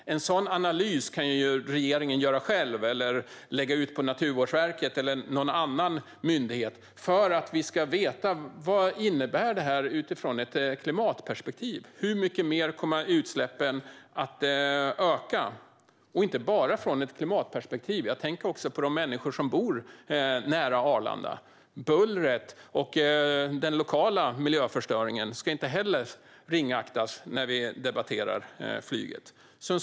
En sådan analys kan regeringen göra själv eller lägga ut på Naturvårdsverket eller någon annan myndighet så att vi får veta vad detta innebär ur ett klimatperspektiv. Hur mycket mer kommer utsläppen att öka? Jag tänker inte bara på klimatperspektivet utan också på de människor som bor nära Arlanda. Bullret och den lokala miljöförstöringen ska inte heller ringaktas när vi debatterar flyget.